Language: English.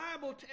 Bible